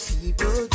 People